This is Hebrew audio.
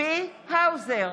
צבי האוזר,